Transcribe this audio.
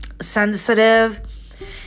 sensitive